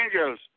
angels